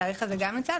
התאריך הזה גם נמצא,